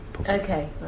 Okay